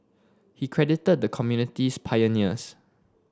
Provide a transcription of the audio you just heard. he credited the community's pioneers